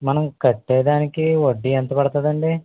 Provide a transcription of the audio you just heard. మనం కట్టే దానికి వడ్డీ ఎంత పడుతుంది